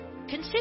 Consider